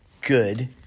good